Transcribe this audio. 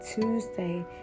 Tuesday